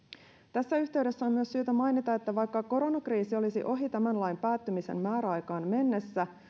tässä yhteydessä on myös syytä mainita että vaikka koronakriisi olisi ohi tämän lain päättymisen määräaikaan mennessä